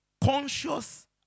conscious